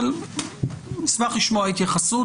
אבל נשמח לשמוע התייחסות.